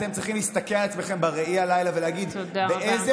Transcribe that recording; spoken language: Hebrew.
אתם צריכים להסתכל על עצמכם בראי הלילה ולהגיד: באיזה